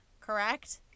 correct